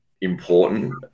important